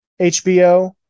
HBO